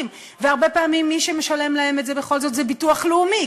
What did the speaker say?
והרבה פעמים מי שמשלם להם את זה בכל זאת זה הביטוח הלאומי,